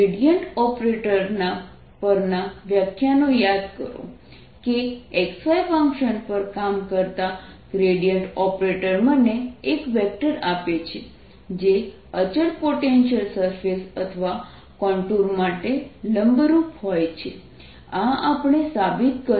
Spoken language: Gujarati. ગ્રેડિયન્ટ ઓપરેટર પરના વ્યાખ્યાનો યાદ કરો કે x y ફંક્શન પર કામ કરતા ગ્રેડિયન્ટ ઓપરેટર મને એક વેક્ટર આપે છે જે અચળ પોટેન્શિયલ સરફેસ અથવા કોન્ટૂર માટે લંબરૂપ હોય છે આ આપણે સાબિત કર્યું